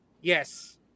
Yes